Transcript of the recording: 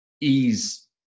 ease